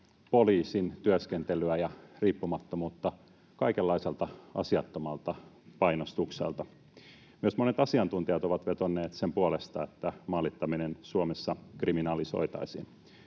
poliisin työskentelyä ja riippumattomuutta kaikenlaiselta asiattomalta painostukselta. Myös monet asiantuntijat ovat vedonneet sen puolesta, että maalittaminen Suomessa kriminalisoitaisiin.